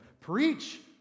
preach